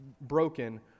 broken